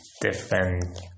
different